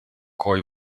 coi